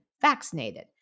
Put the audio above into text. vaccinated